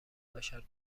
بشر